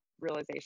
realization